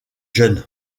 jeune